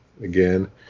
again